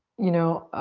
you know,